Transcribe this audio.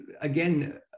again